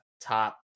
top